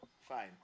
fine